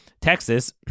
Texas